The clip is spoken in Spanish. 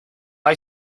hay